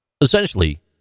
essentially